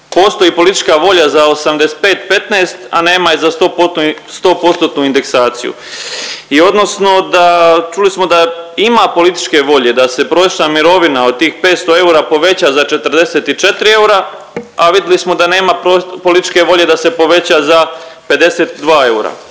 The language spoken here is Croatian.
postoji politička volja za 85:15, a nema je za 100 postotnu indeksaciju. I odnosno da, čuli smo da ima političke volje da se prosječna mirovina od tih 500 eura poveća za 44 eura, a vidli smo da nema političke volje da se poveća za 52 eura.